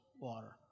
water